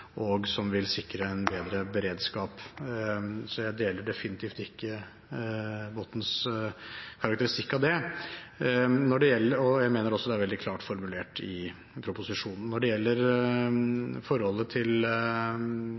og iretteføre, og som vil sikre en bedre beredskap. Så jeg deler definitivt ikke representanten Bottens karakteristikk av det. Jeg mener også at det er veldig klart formulert i proposisjonen. Når det gjelder